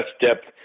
depth